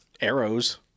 arrows